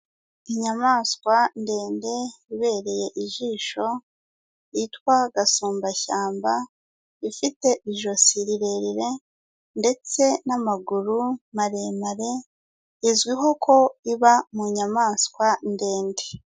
Inyamaswa ndende ibereye ijisho, yitwa gasumbashyamba, ifite ijosi rirerire, ndetse n'amaguru maremare, izwiho ko iba mu nyamaswa ndende.